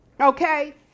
Okay